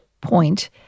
point